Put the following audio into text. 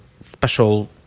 special